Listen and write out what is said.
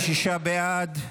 46 בעד,